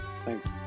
Thanks